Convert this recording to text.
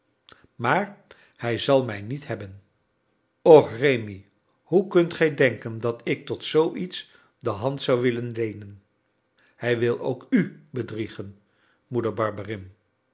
maar hij zal mij niet hebben och rémi hoe kunt gij denken dat ik tot zoo iets de hand zou willen leenen hij wil ook u bedriegen moeder